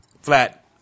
flat